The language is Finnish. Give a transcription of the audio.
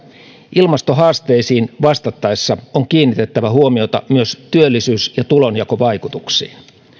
ilmastohaasteisiin vastattaessa on kiinnitettävä huomiota myös työllisyys ja tulonjakovaikutuksiin